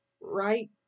right